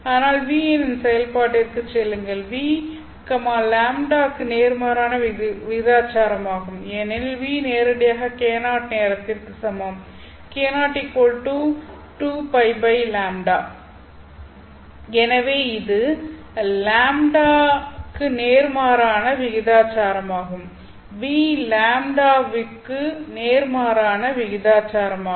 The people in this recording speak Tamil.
ஆனால் V எண்ணின் வெளிப்பாட்டிற்குச் செல்லுங்கள் V λ க்கு நேர்மாறான விகிதாசாரமாகும் ஏனெனில் V நேரடியாக k0 நேரத்திற்கு சமம் k02πλ எனவே இது λ க்கு நேர்மாறான விகிதாசாரமாகும் V λ க்கு நேர்மாறான விகிதாசாரமாகும்